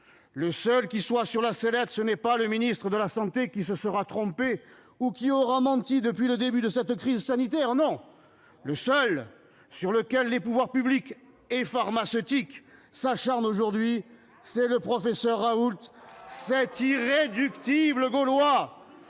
Le seul qui soit sur la sellette, ce n'est pas le ministre de la santé qui se sera trompé ou qui aura menti depuis le début de la crise sanitaire. Non ! Raoult ! Le seul sur qui les pouvoirs publics et pharmaceutiques s'acharnent aujourd'hui, ... Raoult !... c'est le professeur Raoult ! Cet irréductible gaulois